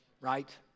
right